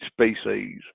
species